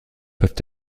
peuvent